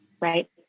right